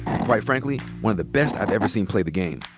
and quite frankly, one of the best i've ever seen play the game.